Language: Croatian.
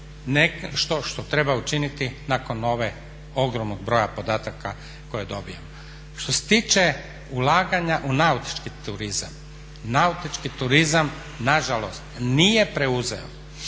što treba učiniti nakon ove, ogromnog broja podataka koje dobijamo. Što se tiče ulaganja u nautički turizam, nautički turizam na žalost nije preuzeo